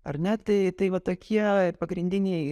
ar ne tai tai va tokie pagrindiniai